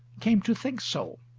came to think so,